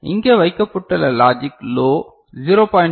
எனவே இங்கே வைக்கப்பட்டுள்ள லாஜிக் லோ 0